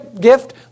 gift